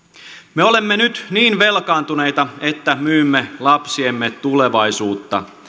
me olemme nyt niin velkaantuneita että myymme lapsiemme tulevaisuutta